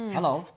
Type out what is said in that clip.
Hello